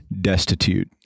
destitute